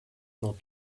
not